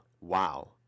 Wow